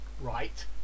Right